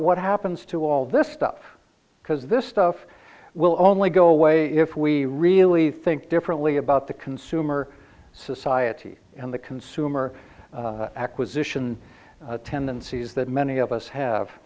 what happens to all this stuff because this stuff will only go away if we really think differently about the consumer society and the consumer acquisition tendencies that many of us have